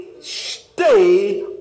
Stay